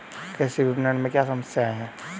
कृषि विपणन में क्या समस्याएँ हैं?